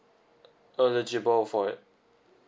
eligible for it